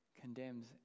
condemns